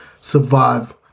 survive